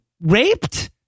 raped